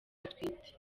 atwite